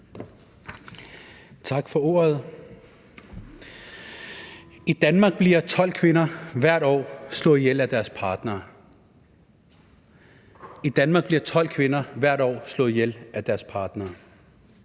Tak for ordet. I Danmark bliver 12 kvinder hvert år slået ihjel af deres partner – i Danmark bliver 12 kvinder hvert år slået ihjel af deres partner.